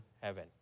heaven